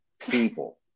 People